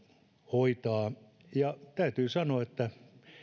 hoitaa täytyy sanoa että